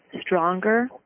stronger